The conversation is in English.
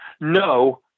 no